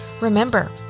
Remember